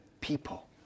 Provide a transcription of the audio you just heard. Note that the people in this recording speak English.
people